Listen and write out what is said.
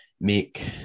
make